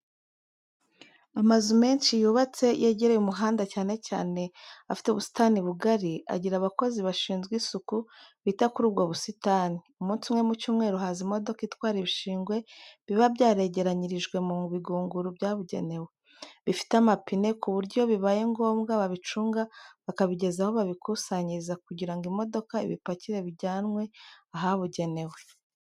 Amazu menshi yubatse yegereye umuhanda cyane cyane afite ubusitani bugari, agira abakozi bashinzwe isuku, bita kuri ubwo busitani. Umunsi umwe mu cyumweru haza imodoka itwara ibishingwe biba byaregeranyirijwe mu bigunguru byabugenewe, bifite amapine, ku buryo iyo bibaye ngombwa babicunga bakabigeza aho babikusanyiriza kugira ngo imodoka ibipakire bijyanwe ahabugenewe.